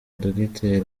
dogiteri